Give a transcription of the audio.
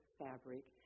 fabric